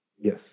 Yes